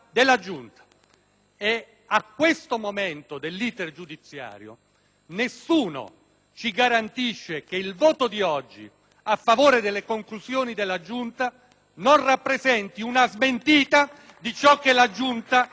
nessuno ci garantisce che il voto di oggi a favore delle conclusioni della Giunta non rappresenti una smentita di ciò che la stessa ci ha proposto. Noi non ci nascondiamo dietro un dito;